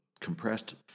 compressed